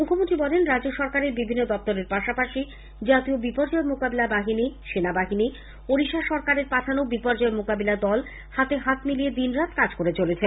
মুখ্যমন্ত্রী জানিয়েছেন রাজ্য সরকারের বিভিন্ন দপ্তরের পাশাপাশি জাতীয় বিপর্যয় মোকাবিলা বাহিনী সেনাবাহিনী উড়িষ্যা সরকারের পাঠানো বিপর্যয় মোকাবিলা দল হাতে হাত মিলিয়ে দিনরাত কাজ করে চলেছেন